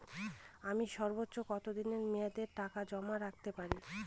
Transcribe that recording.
আমি সর্বোচ্চ কতদিনের মেয়াদে টাকা জমা রাখতে পারি?